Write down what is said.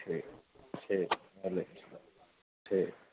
ٹھیک ٹھیک چلیے ٹھیک